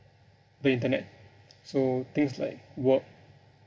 the internet so things like work